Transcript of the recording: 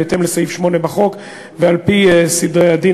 בהתאם לסעיף 8 בחוק ועל-פי סדרי הדין